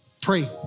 pray